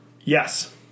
Yes